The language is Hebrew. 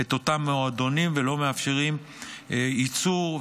את אותם מועדונים ולא מאפשרים ייצור,